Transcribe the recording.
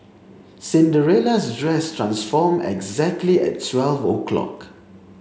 Cinderella's dress transformed exactly at twelve o'clock